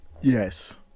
yes